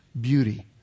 beauty